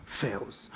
fails